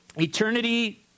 eternity